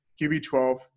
QB12